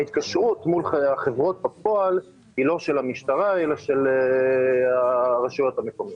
ההתקשרות מול החברות בפועלה היא לא של המשטרה אלא של הרשויות המקומיות.